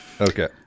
Okay